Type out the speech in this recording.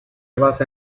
basa